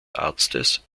arztes